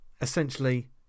essentially